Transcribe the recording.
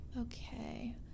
Okay